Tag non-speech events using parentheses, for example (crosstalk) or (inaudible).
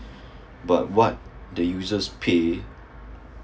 (breath) but what the users pay